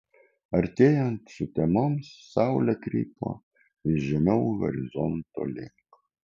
artėjant sutemoms saulė krypo vis žemiau horizonto link